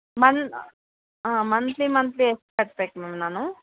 ಮನ್ ಆ ಹಾಂ monthly monthly ಎಷ್ಟು ಕಟ್ಬೇಕು ಮ್ಯಾಮ್ ನಾನು